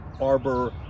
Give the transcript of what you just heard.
arbor